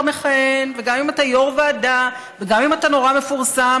מכהן וגם אם אתה יו"ר ועדה וגם אם אתה נורא מפורסם,